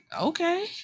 okay